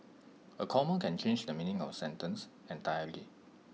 A comma can change the meaning of A sentence entirely